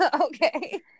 Okay